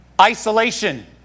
isolation